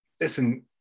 listen